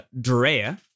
Drea